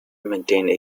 maintained